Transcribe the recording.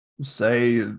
say